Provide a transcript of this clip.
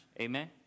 amen